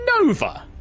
Nova